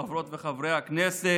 חברות וחברי הכנסת,